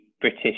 British